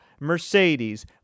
Mercedes